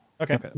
Okay